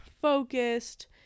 focused